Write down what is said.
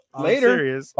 later